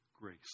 Grace